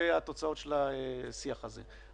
לגבי התוצאות של השיח הזה.